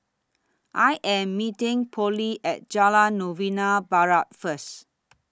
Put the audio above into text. I Am meeting Pollie At Jalan Novena Barat First